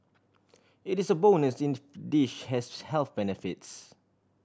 it is a bonus in dish has health benefits